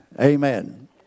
Amen